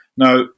Now